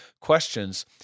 questions